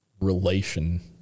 relation